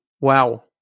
Wow